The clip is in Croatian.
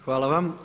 Hvala vam.